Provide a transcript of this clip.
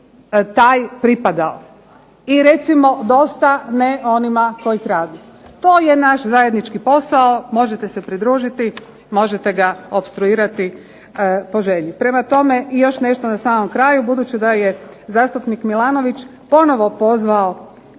taj pripadao. I recimo dosta ne onima koji kradu. To je naš zajednički posao. Možete se pridružiti, možete ga opstruirati po želji. Prema tome, i još nešto na samom kraju. Budući da je zastupnik Milanović ponovno pozvao